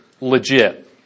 Legit